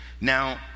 Now